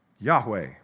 Yahweh